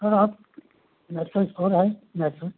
sir आप medical store है